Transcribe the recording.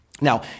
Now